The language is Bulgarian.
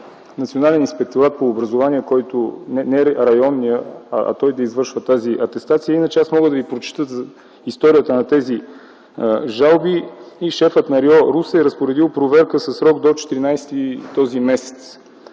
Национален инспекторат по образование, не районният, а той да извършва тази атестация. Аз мога да ви прочета историята на тези жалби. Шефът на РИО Русе е разпоредил проверка със срок до 14-ти този месец,